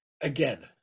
again